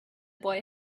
boy